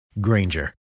Granger